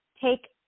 take